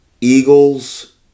Eagles